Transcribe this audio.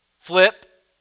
flip